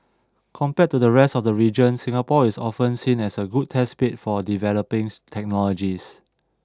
compared to the rest of the region Singapore is often seen as a good test bed for developing technologies